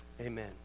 Amen